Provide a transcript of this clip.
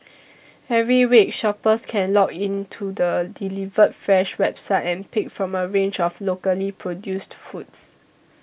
every week shoppers can log into the Delivered Fresh website and pick from a range of locally produced foods